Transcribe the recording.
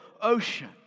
ocean